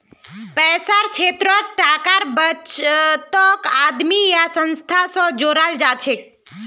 पैसार क्षेत्रत टाकार बचतक आदमी या संस्था स जोड़ाल जाछेक